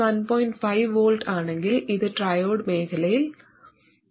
5 V ആണെങ്കിൽ ഇത് triode മേഖലയിലേക്ക് പോകും